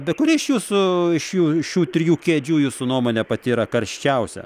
be kuri iš jūsų iš jų šių trijų kėdžių jūsų nuomone pati yra karščiausia